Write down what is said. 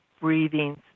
breathing